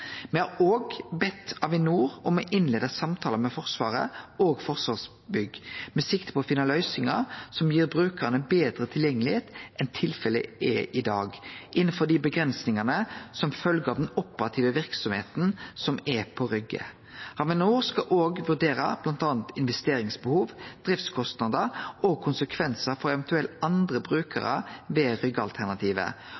Me har òg bedt Avinor om å innleie samtalar med Forsvaret og Forsvarsbygg med sikte på å finne løysingar som gir brukarane betre tilgjengelegheit enn tilfellet er i dag, innanfor dei grensene som følgjer av den operative verksemda på Rygge. Avinor skal òg vurdere bl.a. investeringsbehov, driftskostnader og konsekvensar for eventuelle andre